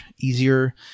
easier